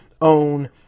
own